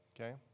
Okay